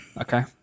okay